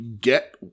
get